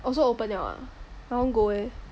oh so open liao ah I want go eh